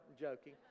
joking